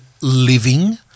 living